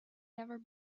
never